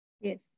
Yes